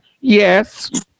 Yes